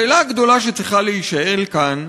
השאלה הגדולה שצריכה להישאל כאן